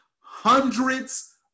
hundreds